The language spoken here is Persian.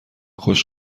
خوش